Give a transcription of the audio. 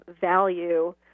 value